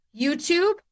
YouTube